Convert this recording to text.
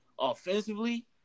offensively